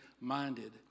minded